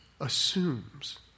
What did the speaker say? assumes